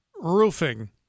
roofing